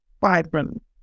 vibrant